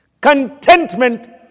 Contentment